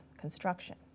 construction